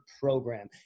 program